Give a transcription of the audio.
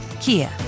Kia